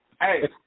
hey